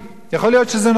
יכול להיות שזה נכון,